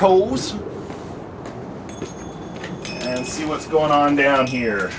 was and see what's going on down here